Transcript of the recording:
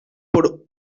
por